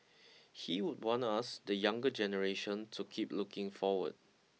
he would want us the younger generation to keep looking forward